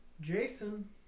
Jason